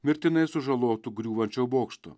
mirtinai sužalotų griūvančio bokšto